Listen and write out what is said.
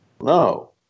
No